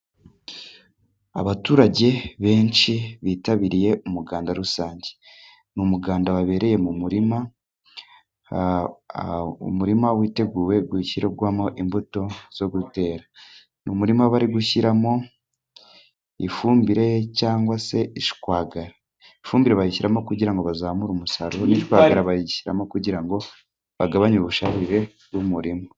Abaturage benshi bitabiriye umuganda rusange, ni umuganda wabereye mu murima, umurima witeguye gushyirwamo imbuto zo gutera, ni umurima bari gushyiramo ifumbire cyangwa se ishwagara, ifumbire bayishyiramo kugira ngo bazamure umusaruro, ishwagara bayishyiramo kugira ngo bagabanye ubusharire bw'umurima.